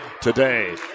today